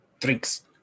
drinks